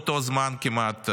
באותו זמן כמעט,